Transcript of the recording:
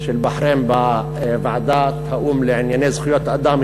של בחריין בוועדת האו"ם לענייני זכויות אדם,